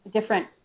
different